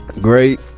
Great